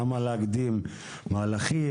למה להקדים מהלכים?